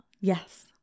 yes